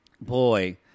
boy